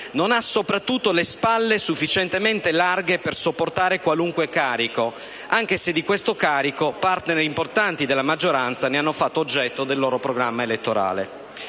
non ha soprattutto le spalle sufficientemente larghe per sopportare qualunque carico, anche se *partner* importanti della maggioranza hanno previsto tali carichi nel loro programma elettorale.